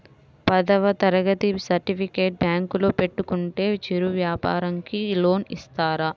పదవ తరగతి సర్టిఫికేట్ బ్యాంకులో పెట్టుకుంటే చిరు వ్యాపారంకి లోన్ ఇస్తారా?